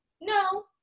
No